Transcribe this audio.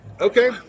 Okay